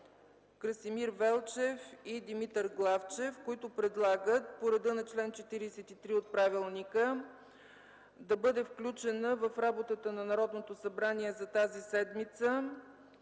Красимир Велчев и Димитър Главчев, които предлагат по реда на чл. 43 от Правилника да бъде включена в работата на Народното събрание за тази седмица